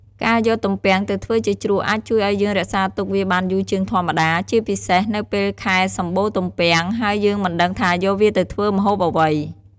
ការយកទំពាំងទៅធ្វើជាជ្រក់អាចជួយឱ្យយើងរក្សាទុកវាបានយូរជាងធម្មតា ជាពិសេស នៅពេលខែសម្បូរទំពាំង ហើយយើងមិនដឹងថាយកវាទៅធ្វើម្ហូបអ្វី។